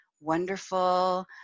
wonderful